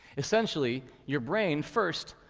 essentially, your brain, first,